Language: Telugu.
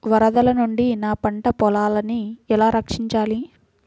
వరదల నుండి నా పంట పొలాలని ఎలా రక్షించాలి?